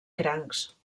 crancs